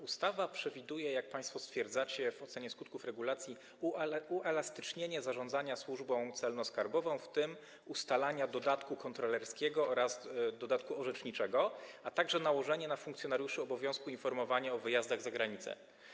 Ustawa przewiduje, jak państwo stwierdzacie w ocenie skutków regulacji, uelastycznienie zarządzania Służbą Celno-Skarbową, w tym w zakresie ustalania dodatku kontrolerskiego oraz dodatku orzeczniczego, a także nałożenie na funkcjonariuszy obowiązku informowania o wyjazdach za granicę.